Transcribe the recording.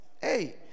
Hey